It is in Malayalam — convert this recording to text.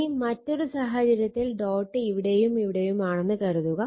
ഇനി മറ്റൊരു സാഹചര്യത്തിൽ ഡോട്ട് ഇവിടെയും ഇവിടെയുമാണെന്ന് കരുതുക